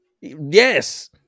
Yes